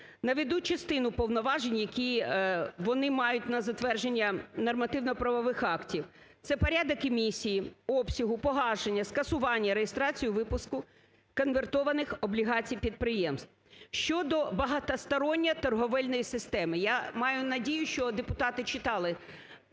Наведу частину повноважень, які вони мають на затвердження нормативно-правових актів, це порядок емісії, обсягу, погашення, скасування, реєстрація випуску конвертованих облігацій підприємств щодо багатосторонньої торгівельної системи. Я маю надію, що депутати читали,